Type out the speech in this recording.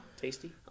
Tasty